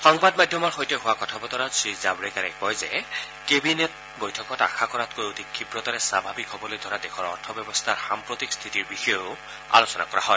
সংবাদ মাধ্যমৰ সৈতে হোৱা কথা বতৰাত শ্ৰীজাভড়েকাৰে কয় যে কেবিনেট বৈঠকত আশা কৰাতকৈ অধিক ক্ষীপ্ৰতাৰে স্বাভাৱিক হ'বলৈ ধৰা দেশৰ অৰ্থ ব্যৱস্থাৰ সাম্প্ৰতিক স্থিতিৰ বিষয়েও আলোচনা কৰা হয়